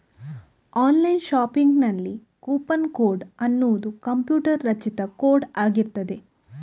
online ಶಾಪಿಂಗಿನಲ್ಲಿ coupon code ಅನ್ನುದು computer ರಚಿತ ಕೋಡ್ ಆಗಿರ್ತದೆ